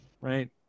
Right